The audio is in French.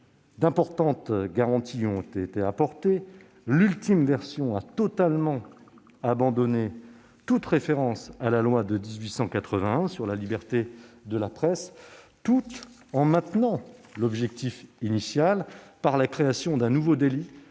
D'importantes garanties y ont été apportées. L'ultime version a totalement abandonné toute référence à loi de 1881 sur la liberté de la presse, tout en maintenant l'objectif initial par la création d'un nouveau délit